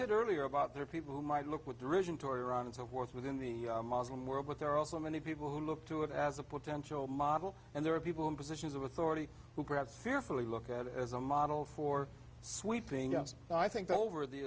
said earlier about there are people who might look with derision toward iran and so forth within the muslim world but there are also many people who look to it as a potential model and there are people in positions of authority who grab fearfully look at it as a model for sweeping yes i think over the